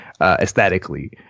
aesthetically